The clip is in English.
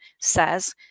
says